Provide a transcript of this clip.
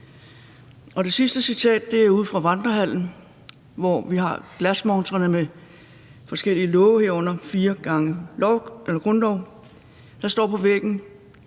Det sidste citat er ude fra Vandrehallen, hvor vi har glasmontrerne med forskellige love, herunder fire gange grundlov. Der står på væggen